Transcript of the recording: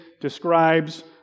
describes